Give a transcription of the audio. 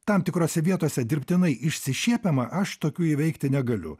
tam tikrose vietose dirbtinai išsišiepiama aš tokių įveikti negaliu